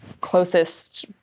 closest